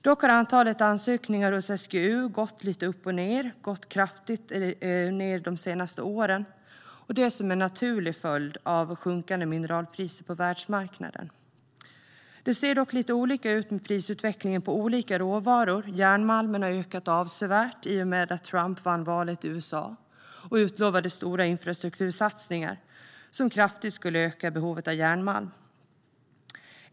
Dock har antalet ansökningar hos SGU gått lite upp och ned - kraftigt ned de senaste åren som en naturlig följd av sjunkande mineralpriser på världsmarknaden. Det ser dock lite olika ut med prisutvecklingen på olika råvaror. Järnmalmen har ökat avsevärt i och med att Trump vann valet i USA och utlovade infrastruktursatsningar som kraftigt skulle öka behovet av järnmalm.